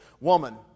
woman